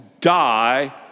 die